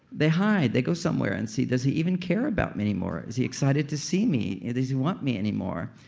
they hide. they go somewhere and say, does he even care about me anymore? is he excited to see me? yeah does he want me anymore?